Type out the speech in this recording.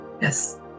yes